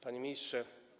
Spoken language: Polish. Panie Ministrze!